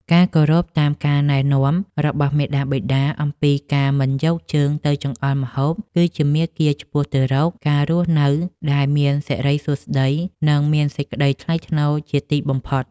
ការគោរពតាមការណែនាំរបស់មាតាបិតាអំពីការមិនយកជើងទៅចង្អុលម្ហូបគឺជាមាគ៌ាឆ្ពោះទៅរកការរស់នៅដែលមានសិរីសួស្តី និង មានសេចក្តីថ្លៃថ្នូរជាទីបំផុត។